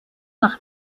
nach